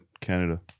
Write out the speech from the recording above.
Canada